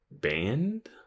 band